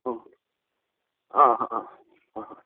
ꯑꯥ ꯑꯥ ꯑꯥ ꯍꯣꯏ ꯍꯣꯏ